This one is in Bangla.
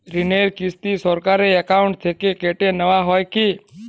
ঋণের কিস্তি সরাসরি অ্যাকাউন্ট থেকে কেটে নেওয়া হয় কি?